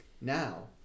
now